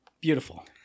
Beautiful